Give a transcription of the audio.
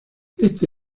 este